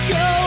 go